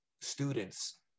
students